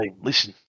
Listen